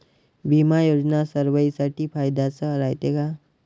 बिमा योजना सर्वाईसाठी फायद्याचं रायते का?